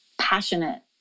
passionate